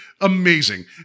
Amazing